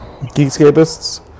geekscapists